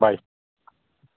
bye